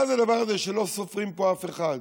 מה זה הדבר הזה שלא סופרים פה אף אחד?